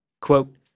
Quote